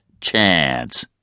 chance